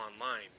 online